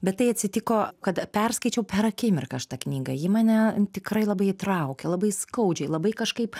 bet tai atsitiko kad perskaičiau per akimirką aš tą knygą ji mane tikrai labai įtraukė labai skaudžiai labai kažkaip